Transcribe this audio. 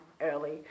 early